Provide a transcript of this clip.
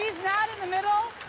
not in the middle,